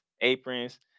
aprons